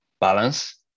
balance